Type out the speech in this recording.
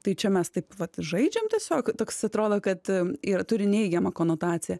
tai čia mes taip vat žaidžiam tiesiog toks atrodo kad ir turi neigiamą konotaciją